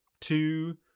two